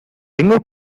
tengo